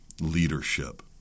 leadership